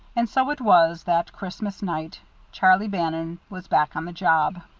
and so it was that christmas night charlie bannon was back on the job.